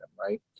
right